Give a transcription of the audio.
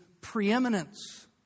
preeminence